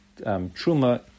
truma